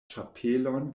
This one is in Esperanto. ĉapelon